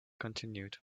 continued